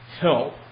help